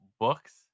books